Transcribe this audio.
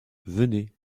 venez